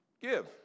give